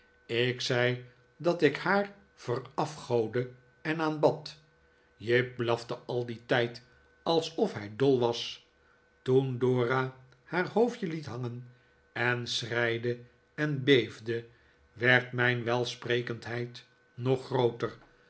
ik zei dat ik haar verafgoodde en aanbad jip blafte al dien tijd alsof hij dol was toen dora haar hoofdje liet hangen en schreide en beefde werd mijn welsprekendheid nog grooter